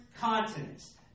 continents